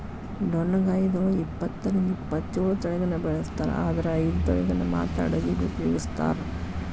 ಡೊಣ್ಣಗಾಯಿದೊಳಗ ಇಪ್ಪತ್ತರಿಂದ ಇಪ್ಪತ್ತೇಳು ತಳಿಗಳನ್ನ ಬೆಳಿಸ್ತಾರ ಆದರ ಐದು ತಳಿಗಳನ್ನ ಮಾತ್ರ ಅಡುಗಿಗ ಉಪಯೋಗಿಸ್ತ್ರಾರ